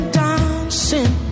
dancing